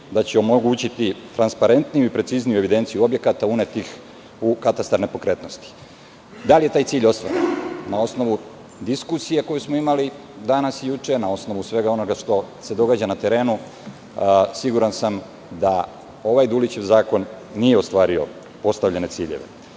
da će omogućiti transparentniju i precizniju evidenciju objekata unetih u katastar nepokretnosti. Da li je taj cilj ostvaren? Na osnovu diskusije koju smo imali danas i juče, na osnovu svega onoga što se događa na terenu, siguran sam da ovaj Dulićev zakon nije ostvario postavljene ciljeve. Zna